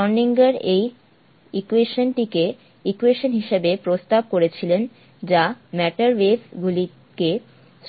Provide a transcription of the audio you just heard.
Schrodinger এই equation টিকে equation হিসাবে প্রস্তাব করেছিলেন যা ম্যাটার ওয়েভ গুলিকে